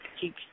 keep